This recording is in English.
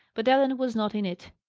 but ellen was not in it.